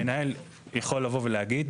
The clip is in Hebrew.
המנהל יכול לבוא ולהגיד,